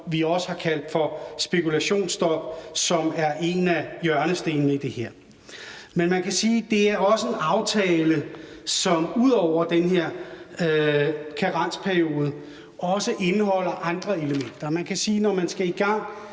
vi også har kaldt for spekulationsstop, og som er en af hjørnestenene i det her. Men det er også en aftale, som ud over den her karensperiode også indeholder andre elementer. Når man skal i gang